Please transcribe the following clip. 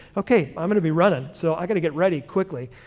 okay, i'm going to be running, so i got to get ready quickly.